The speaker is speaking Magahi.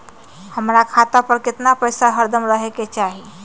हमरा खाता पर केतना पैसा हरदम रहे के चाहि?